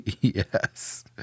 Yes